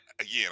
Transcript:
Again